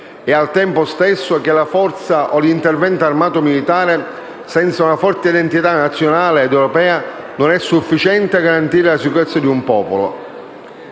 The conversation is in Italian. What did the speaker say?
e, al tempo stesso, che la forza o l'intervento armato militare, senza una forte identità nazionale ed europea, non è sufficiente a garantire la sicurezza di un popolo.